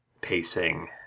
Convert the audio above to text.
pacing